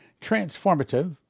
transformative